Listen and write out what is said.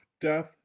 death